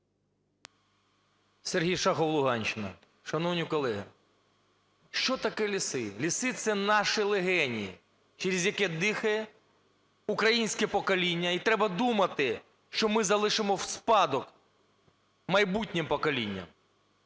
Сергій Шахов, Луганщина. Шановні колеги, що таке ліси? Ліси – це наші легені, через які дихає українське покоління, і треба думати, що ми залишимо в спадок майбутнім поколінням.